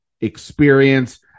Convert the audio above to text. experience